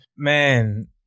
Man